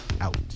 out